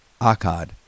Akkad